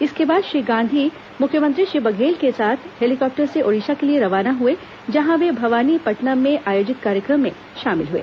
इसके बाद श्री गांधी मुख्यमंत्री श्री बघेल के साथ हेलीकॉप्टर से ओडिशा के लिए रवाना हुए जहां वे भवानीपटनम में आयोजित कार्यक्रम में शामिल हुए